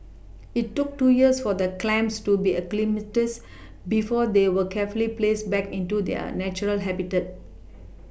it took two years for the clams to be acclimatised before they were carefully placed back into their natural habitat